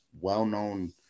well-known